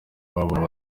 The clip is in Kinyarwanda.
w’abana